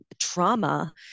trauma